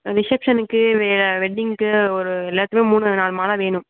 ரிசெப்ஷனுக்கு வெ வெட்டிங்க்கு ஒரு எல்லாத்துக்கும் மூணு நாலு மாலை வேணும்